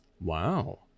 Wow